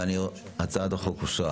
הצעת החוק אושרה